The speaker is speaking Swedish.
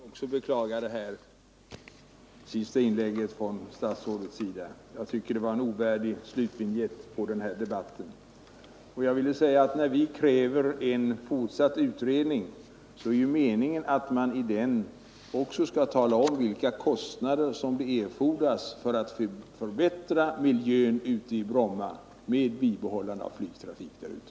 Herr talman! Också jag vill beklaga det senaste inlägget av statsrådet Norling. Jag tycker det ger en ovärdig slutvinjett åt den här debatten. Vidare vill jag endast tillfoga att när vi kräver en fortsatt utredning är ju meningen den, att man i denna utredning också skall ange vilka kostnader som erfordras för att förbättra miljön i Bromma med bibehållande av flygtrafiken därute.